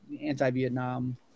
anti-Vietnam